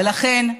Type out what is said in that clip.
ולכן,